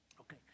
Okay